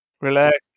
relax